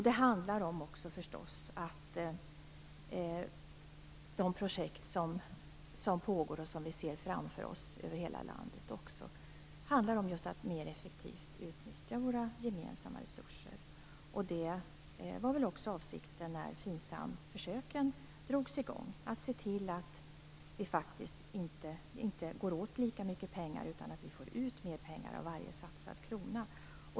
De projekt som pågår och som vi ser framför oss över hela landet handlar också om att mer effektivt utnyttja våra gemensamma resurser. Det var väl också avsikten när FINSAM-försöken drogs i gång: att se till att det inte går åt lika mycket pengar, utan att vi får ut mer pengar av varje satsad krona.